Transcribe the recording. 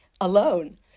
alone